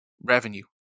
revenue